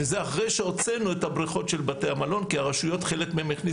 זה אחרי שהוצאנו את הבריכות של בתי המלון כי חלק מהרשויות הכניסו,